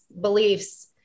beliefs